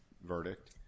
verdict